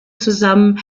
zusammen